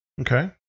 Okay